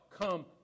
come